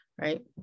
Right